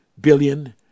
billion